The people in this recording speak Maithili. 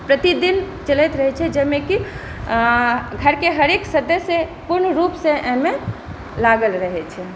प्रतिदिन चलैत रहै छै जाहिमे कि घरके हरेक सदस्य पूर्ण रूपसँ एहिमे लागल रहै छै